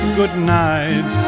goodnight